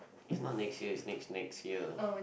it's not next year it's next next year